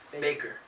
Baker